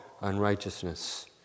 unrighteousness